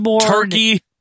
Turkey